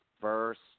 first